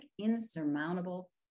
insurmountable